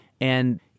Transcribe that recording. And-